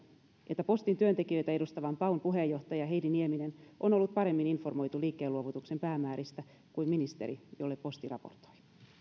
että postin työntekijöitä edustavan paun puheenjohtaja heidi nieminen on ollut paremmin informoitu liikkeen luovutuksen päivämääristä kuin ministeri jolle posti raportoi